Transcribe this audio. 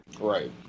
Right